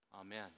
Amen